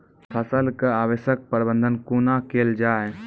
फसलक अवशेषक प्रबंधन कूना केल जाये?